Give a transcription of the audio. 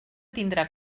tindrà